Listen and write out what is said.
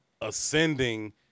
ascending